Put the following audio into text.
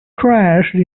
crashed